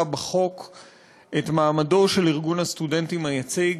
בחוק את מעמדו של ארגון הסטודנטים היציג.